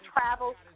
travels